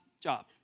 job